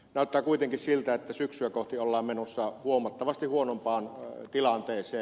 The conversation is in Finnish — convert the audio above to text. näyttää kuitenkin siltä että syksyä kohti ollaan menossa huomattavasti huonompaan tilanteeseen